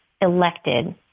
elected